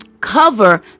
Cover